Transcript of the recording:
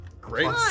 Great